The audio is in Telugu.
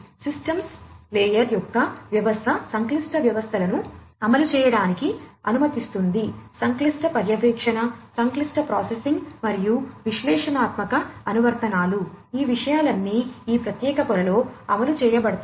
సిస్టమ్స్ లేయర్ యొక్క వ్యవస్థ సంక్లిష్ట వ్యవస్థలను అమలు చేయడానికి అనుమతిస్తుంది సంక్లిష్ట పర్యవేక్షణ సంక్లిష్ట ప్రాసెసింగ్ మరియు విశ్లేషణాత్మక అనువర్తనాలు ఈ విషయాలన్నీ ఈ ప్రత్యేక పొరలో అమలు చేయబడతాయి